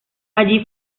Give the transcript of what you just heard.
allí